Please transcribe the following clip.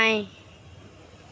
दाएं